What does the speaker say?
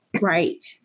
Right